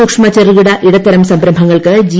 സൂക്ഷ്മ ചെറുകിട ഇടത്തരം സംരംഭങ്ങൾക്ക് ജി